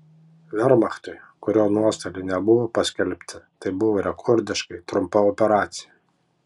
vermachtui kurio nuostoliai nebuvo paskelbti tai buvo rekordiškai trumpa operacija